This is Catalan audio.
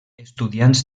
estudiants